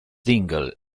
dingle